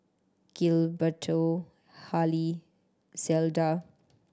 Gilberto Hali Zelda